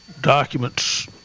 documents